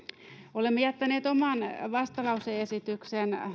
olemme jättäneet oman vastalause esityksen